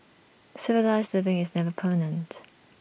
civilised living is never permanent